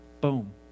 Boom